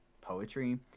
poetry